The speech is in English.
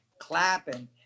clapping